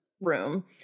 room